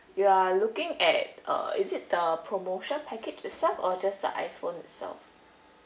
you are looking at uh is it the promotion package itself or just the iPhone itself